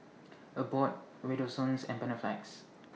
Abbott Redoxon and Panaflex